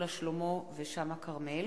שלמה מולה וכרמל